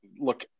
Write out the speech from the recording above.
look